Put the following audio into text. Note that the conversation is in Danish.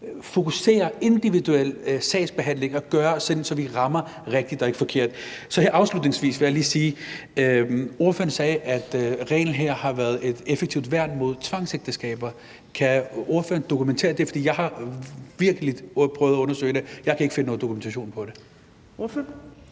fokusere individuelt i sagsbehandlingen, så vi rammer rigtigt og ikke forkert. Her afslutningsvis vil jeg lige sige, at ordføreren sagde, at reglen her har været et effektivt værn mod tvangsægteskaber. Kan ordføreren dokumentere det? For jeg har virkelig prøvet at undersøge det, og jeg kan ikke finde nogen dokumentation for det. Kl.